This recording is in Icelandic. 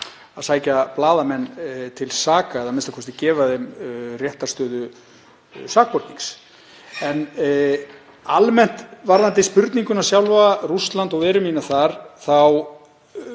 að sækja blaðamenn til saka eða a.m.k. gefa þeim réttarstöðu sakbornings. En almennt varðandi spurninguna sjálfa um Rússland og veru mína þar þá